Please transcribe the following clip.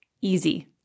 Easy